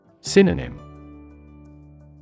Synonym